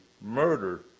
murder